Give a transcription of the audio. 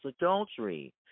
adultery